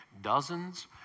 dozens